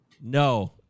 No